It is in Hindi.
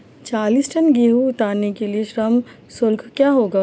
चालीस टन गेहूँ उतारने के लिए श्रम शुल्क क्या होगा?